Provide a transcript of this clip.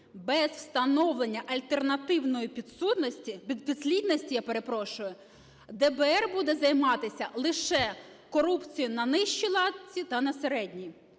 Без встановлення альтернативної підслідності ДБР буде займатися лише корупцією на нижчій ланці та на середній.